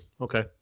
Okay